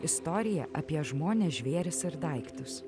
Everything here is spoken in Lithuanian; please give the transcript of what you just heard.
istorija apie žmones žvėris ir daiktus